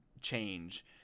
change